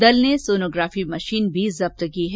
दल ने sonography machine भी जब्त की है